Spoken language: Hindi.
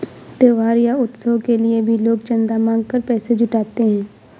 त्योहार या उत्सव के लिए भी लोग चंदा मांग कर पैसा जुटाते हैं